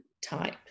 type